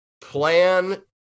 plan